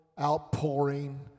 outpouring